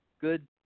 good